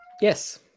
Yes